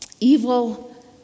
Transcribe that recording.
Evil